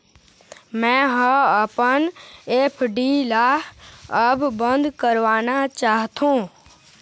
मै ह अपन एफ.डी ला अब बंद करवाना चाहथों